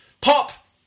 POP